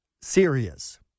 serious